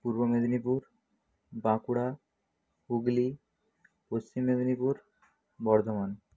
পূর্ব মেদিনীপুর বাঁকুড়া হুগলি পশ্চিম মেদিনীপুর বর্ধমান